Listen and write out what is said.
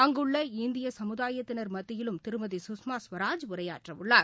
அங்குள்ள இந்தியசமுதாயத்தினர் மத்தியிலும் திருமதிசுஷ்மாசுவராஜ் உரையாற்றவுள்ளார்